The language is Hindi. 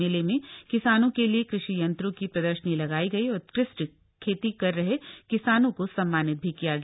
मेले में किसानों के लिए कृषि यंत्रों की प्रदर्शनी लगायी गई और उत्कृष्ट खेती कर रहे किसानों का सम्मानित किया गया